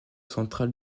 central